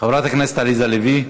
חברת הכנסת עליזה לביא,